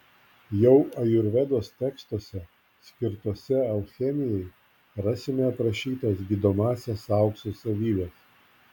jau ajurvedos tekstuose skirtuose alchemijai rasime aprašytas gydomąsias aukso savybes